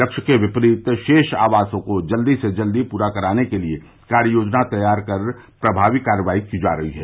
लक्ष्य के विपरीत रोष आवासों को जल्दी से जल्दी पूरा कराने के लिए कार्ययोजना तैयार कर प्रभावी कार्यवाही की जा रही है